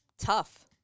Tough